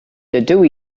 dydw